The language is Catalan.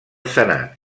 senat